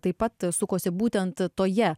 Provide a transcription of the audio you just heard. taip pat sukosi būtent toje